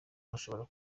hashobora